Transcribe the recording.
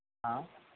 हाँ